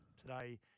today